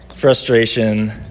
frustration